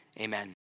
amen